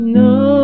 no